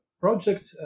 project